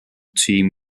team